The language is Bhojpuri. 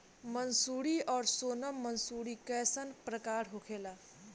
मंसूरी और सोनम मंसूरी कैसन प्रकार होखे ला?